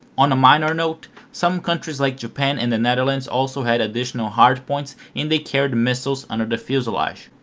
on minor note, some countries like japan and the netherlands also had additional hardpoints and they carried missiles under the fuselage.